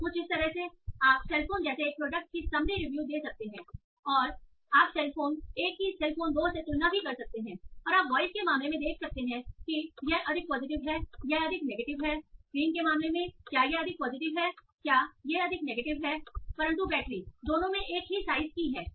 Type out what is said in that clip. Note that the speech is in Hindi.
तो कुछ इस तरह आप सेल फोन जैसे एक प्रोडक्ट की समरी रिव्यू दे सकते हैं या आप सेल फोन 1 की सेल फोन 2 से तुलना कर सकते हैं और आप वॉइस के मामले में देख सकते हैं यह अधिक पॉजिटिव है यह अधिक नेगेटिव है स्क्रीन के मामले क्या यह अधिक पॉजिटिव है यह अधिक नेगेटिव है बैटरी दोनों में एक ही साइज की हैं